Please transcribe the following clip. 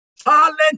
talent